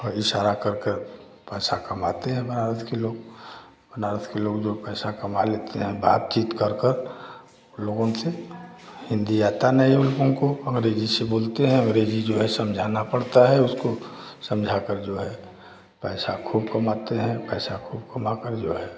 और इशारा कर कर पैसा कमाते हैं बनारस के लोग बनारस के लोग जो पैसा कमा लेते हैं बातचीत कर कर उन लोगों से हिन्दी आती नहीं उन उनको अँग्रेजी से बोलते हैं अँग्रेजी जो है समझाना पड़ता है उसको समझाकर जो है पैसा खूब कमाते हैं और पैसा खूब कमाकर जो है